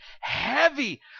heavy